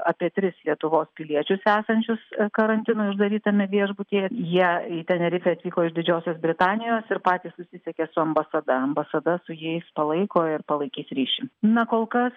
apie tris lietuvos piliečius esančius karantinui uždarytame viešbutyje jie į tenerifę atvyko iš didžiosios britanijos ir patys susisiekė su ambasada ambasada su jais palaiko ir palaikys ryšį na kol kas